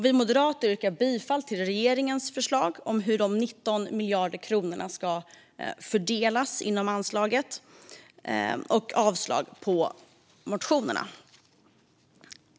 Vi moderater yrkar bifall till regeringens förslag om hur de 19 miljarder kronorna ska fördelas inom anslaget och avslag på motionerna.